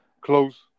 close